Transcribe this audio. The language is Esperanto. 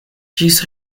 ĝis